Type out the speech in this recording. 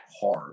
hard